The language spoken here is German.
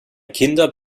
kinder